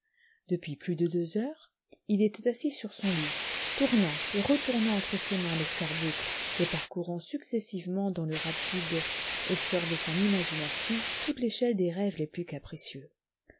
depuis plus de deux heures il était assis sur son lit tournant et retournant entre ses mains l'escarboucle et parcourant successivement dans le rapide et sort de son imagination toute l'échelle des rêves les plus capricieux